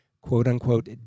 quote-unquote